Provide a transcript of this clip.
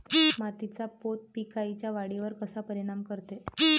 मातीचा पोत पिकाईच्या वाढीवर कसा परिनाम करते?